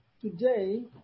Today